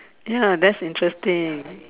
ya that's interesting